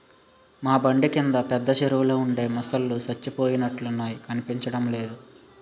మా బండ కింద పెద్ద చెరువులో ఉండే మొసల్లు సచ్చిపోయినట్లున్నాయి కనిపించడమే లేదు